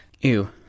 Ew